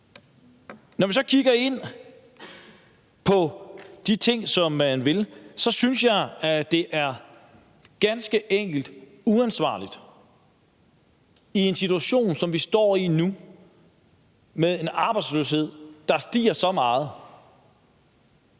Når vi så kigger på de ting, som man vil gøre, synes jeg, at det ganske enkelt er uansvarligt i en situation, som vi står i nu med en arbejdsløshed, der stiger meget,